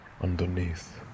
underneath